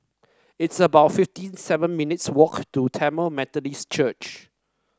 it's about fifty seven minutes' walk to Tamil Methodist Church